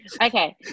okay